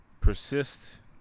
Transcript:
Persist